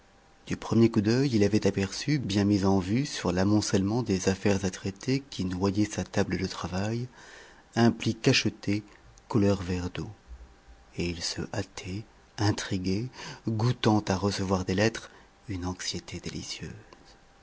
du premier coup d'œil il avait aperçu bien mis en vue sur l'amoncellement des affaires à traiter qui noyaient sa table de travail un pli cacheté couleur vert d'eau et il se hâtait intrigué goûtant à recevoir des lettres une anxiété délicieuse